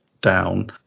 down